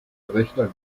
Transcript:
rechner